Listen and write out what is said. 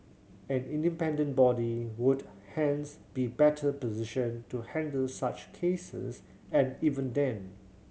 an independent body would hence be better positioned to handle such cases and even then